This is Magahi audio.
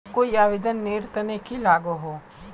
कोई आवेदन नेर तने की लागोहो?